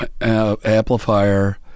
amplifier